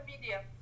media